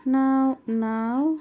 نو نو